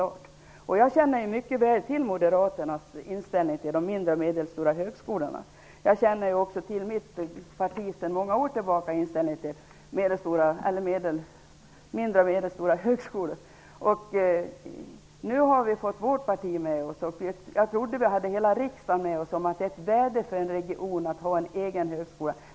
Jag känner mycket väl till moderaternas inställning till de mindre och medelstora högskolorna. Jag känner också till mitt partis inställning till mindre och medelstora högskolor. Vi har fått vårt parti med oss, och jag trodde att vi hade hela riksdagen med oss när det gäller att det är värdefullt för en region att ha en egen högskola.